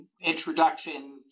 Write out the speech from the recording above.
introduction